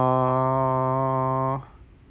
err